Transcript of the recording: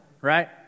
right